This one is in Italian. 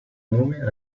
nome